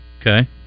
Okay